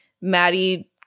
Maddie